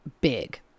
big